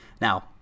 Now